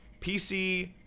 PC